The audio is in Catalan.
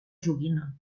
joguina